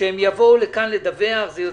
שיבואו לכאן לדווח.